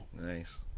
Nice